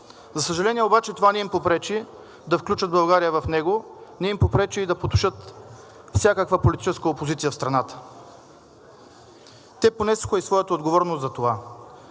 За съжаление обаче, това не им попречи да включат България в него, не им попречи и да потушат всякаква политическа опозиция в страната. Те понесоха и своята отговорност за това.